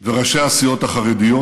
וראשי הסיעות החרדיות,